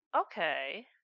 okay